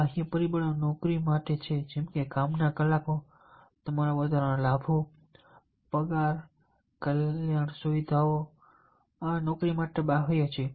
બાહ્ય પરિબળો નોકરી માટે બાહ્ય છે જેમ કે કામના કલાકો તમારા વધારાના લાભો પગાર કલ્યાણ સુવિધાઓ આ નોકરી માટે બાહ્ય છે